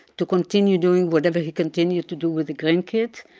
to continue doing whatever he continued to do with the grandkids,